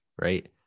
right